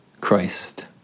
Christ